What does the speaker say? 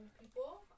people